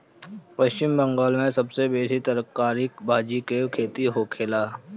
पश्चिम बंगाल में सबसे बेसी तरकारी भाजी के खेती होखेला